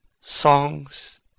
songs